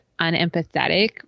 unempathetic